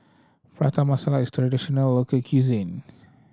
Prata Masala is a traditional local cuisine